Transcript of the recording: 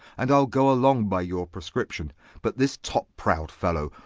and ile goe along by your prescription but this top-proud fellow,